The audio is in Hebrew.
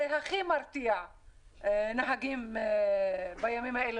זה הדבר שהכי מרתיע נהגים בימים אלה.